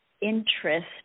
interest